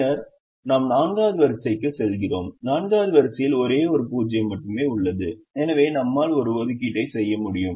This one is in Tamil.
பின்னர் நாம் 4 வது வரிசைக்குச் செல்கிறோம் 4 வது வரிசையில் ஒரே ஒரு 0 மட்டுமே உள்ளது எனவே நம்மால் ஒரு ஒதுக்கீட்டை செய்ய முடியும்